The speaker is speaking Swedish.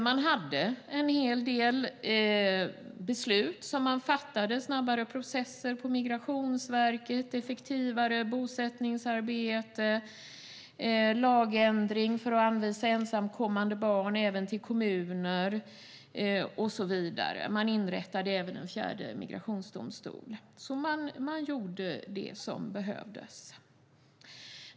Man fattade en hel del beslut om snabbare processer på Migrationsverket, effektivare bosättningsarbete, en lagändring för att anvisa ensamkommande barn även till kommuner som saknar överenskommelser och så vidare. Man inrättade även en fjärde migrationsdomstol. Man gjorde det som behövdes.